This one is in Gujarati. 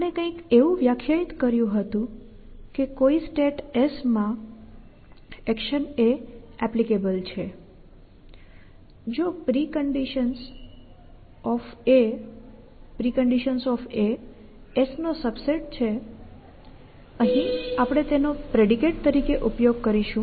તેથી આપણે કંઈક એવું વ્યાખ્યાયિત કર્યું હતું કે કોઈ સ્ટેટ S માં એક્શન A APPLICABLE છે જો પ્રિકન્ડિશન્સ Pre S અહીં આપણે તેનો પ્રેડિકેટ તરીકે ઉપયોગ કરીશું